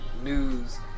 news